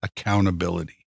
accountability